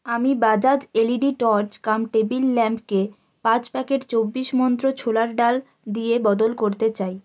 আমি Bajaj LED torch কাম table ল্যাম্পকে পাঁচ প্যাকেট চব্বিশ মন্ত্র ছোলার ডাল দিয়ে বদল করতে চাই